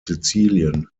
sizilien